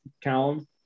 Callum